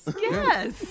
yes